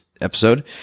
episode